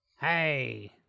Hey